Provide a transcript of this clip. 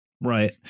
Right